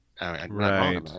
Right